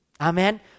Amen